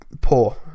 poor